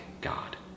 God